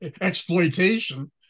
exploitation